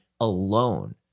alone